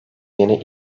yeni